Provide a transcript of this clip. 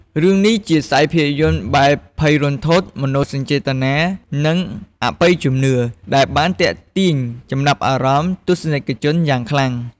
រឿងនេះជាខ្សែភាពយន្តបែបភ័យរន្ធត់ មនោសញ្ចេតនា និងអបិយជំនឿ ដែលបានទាក់ទាញចំណាប់អារម្មណ៍ទស្សនិកជនយ៉ាងខ្លាំង ។